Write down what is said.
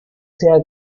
sea